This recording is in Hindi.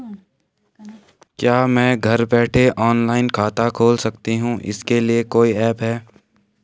क्या मैं घर बैठे ऑनलाइन खाता खोल सकती हूँ इसके लिए कोई ऐप है?